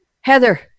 Heather